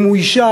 אם הוא אישה,